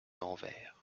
anvers